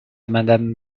madame